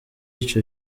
ico